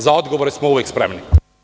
Za odgovore smo uvek spremni.